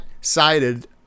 sided